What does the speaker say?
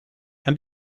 and